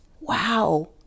wow